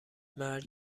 مرگ